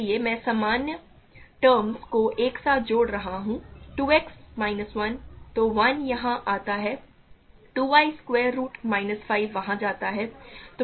इसलिए मैं समान टर्म्स को एक साथ जोड़ रहा हूं 2 x माइनस 1 तो 1 यहां आता है 2 y स्क्वायर रुट माइनस 5 वहां जाता है